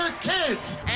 kids